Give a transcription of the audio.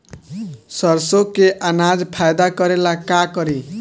सरसो के अनाज फायदा करेला का करी?